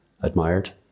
admired